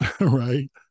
right